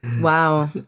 Wow